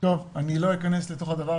לא אכנס לזה,